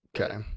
Okay